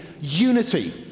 unity